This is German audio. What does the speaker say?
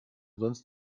sonst